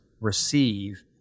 receive